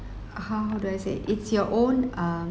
how do I say it's your own um